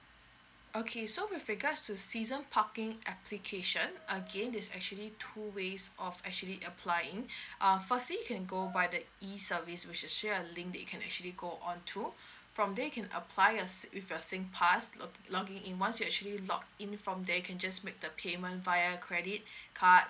okay so with regards to season parking application again there's actually two ways of actually applying uh firstly you can go by the E service which is actually a link that you can actually go on to from there you can apply a sing~ with your singpass log log in once you actually log in from there you can just make the payment via credit card